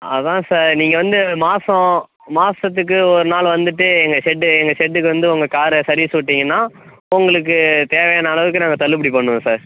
அதான் சார் நீங்கள் வந்து மாசம் மாசத்துக்கு ஒருநாள் வந்துட்டு எங்கள் செட் எங்கள் செட்டு வந்து உங்க காரை சர்வீஸ் விட்டிங்கன்னா உங்களுக்கு தேவையான அளவுக்கு நாங்கள் தள்ளுபடி பண்ணுவோம் சார்